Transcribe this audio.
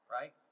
right